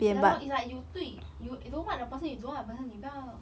ya lor it's like you 对 you you don't like the person you don't want the person 你不要